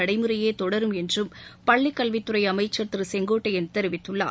நடைமுறையே தொடரும் என்றும் பள்ளிக்கல்வித் துறை அமைச்சர் திரு செங்கோட்டையன் தெரிவித்துள்ளார்